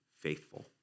faithful